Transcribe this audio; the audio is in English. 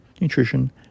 nutrition